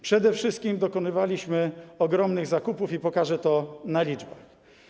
Przede wszystkim dokonywaliśmy ogromnych zakupów, i pokażę to na liczbach.